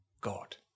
God